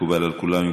מקובל על כולם?